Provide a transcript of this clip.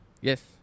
Yes